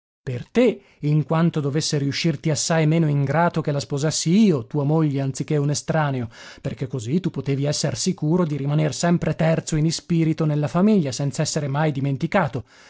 per te in quanto dovesse riuscirti assai meno ingrato che la sposassi io tua moglie anziché un estraneo perché così tu potevi esser sicuro di rimaner sempre terzo in ispirito nella famiglia senz'essere mai dimenticato